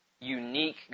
unique